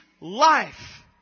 life